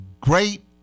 great